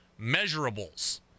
measurables